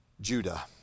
Judah